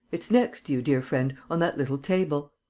it's next to you, dear friend, on that little table.